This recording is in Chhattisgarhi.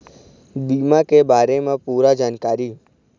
बीमा के बारे म पूरा जानकारी?